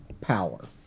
power